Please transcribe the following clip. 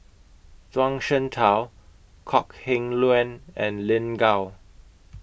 Zhuang Shengtao Kok Heng Leun and Lin Gao